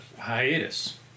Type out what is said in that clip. hiatus